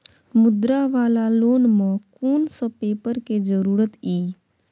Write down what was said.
मुद्रा वाला लोन म कोन सब पेपर के जरूरत इ?